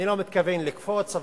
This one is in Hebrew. אני לא מתכוון לקפוץ,